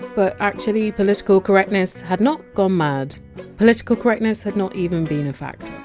but actually, political correctness had not gone mad political correctness had not even been a factor.